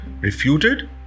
refuted